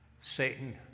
Satan